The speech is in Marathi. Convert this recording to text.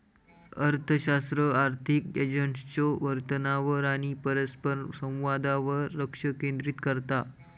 अर्थशास्त्र आर्थिक एजंट्सच्यो वर्तनावर आणि परस्परसंवादावर लक्ष केंद्रित करता